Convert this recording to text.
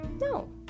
No